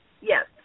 Yes